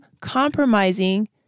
compromising